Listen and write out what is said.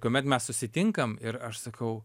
kuomet mes susitinkam ir aš sakau